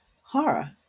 horror